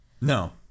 No